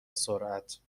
سرعت